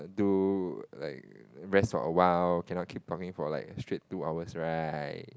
do like rest for awhile cannot keep talking for like straight two hours right